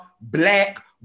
black